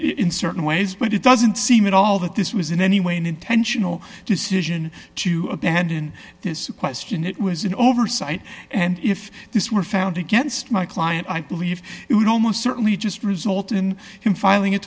in certain ways but it doesn't seem at all that this was in any way an intentional decision to abandon this question it was an oversight and if this were found against my client i believe it would almost certainly just result in him filing a